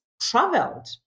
traveled